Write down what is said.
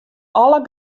alle